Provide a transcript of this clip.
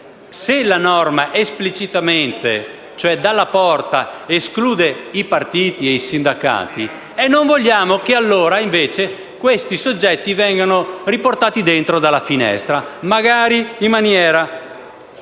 se la norma esplicitamente, cioè dalla porta, esclude i partiti e i sindacati, non vogliamo che questi soggetti vengano riportati dentro dalla finestra, magari in maniera